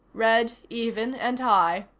red, even and high.